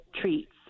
treats